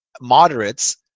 moderates